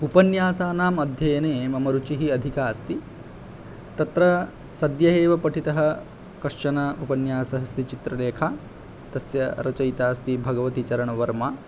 उपन्यासानाम् अध्ययने मम रुचिः अधिका अस्ति तत्र सद्यः एव पठितः कश्चन उपन्यासः अस्ति चित्रलेखा तस्य रचयिता अस्ति भगवतीचरणवर्मा